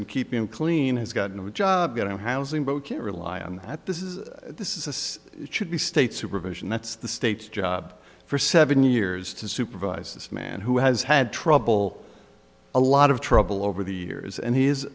in keeping clean has gotten a job going to housing but we can't rely on that this is this is it should be state supervision that's the state's job for seven years to supervise this man who has had trouble a lot of trouble over the years and he